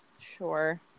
Sure